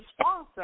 sponsor